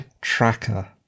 tracker